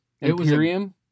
Imperium